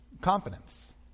confidence